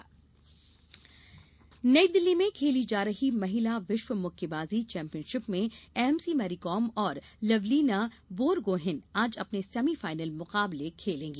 महिला मुक्केबाजी नई दिल्ली में खेली जा रही महिला विश्व मुक्केबाज़ी चैंपियनशिप में एमसी मैरीकॉम और लवलीना बोरगोहेन आज अपने सेमीफाइनल मुकाबले खेलेंगी